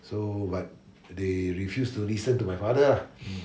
so but they refused to listen to my father ah